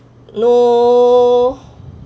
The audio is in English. no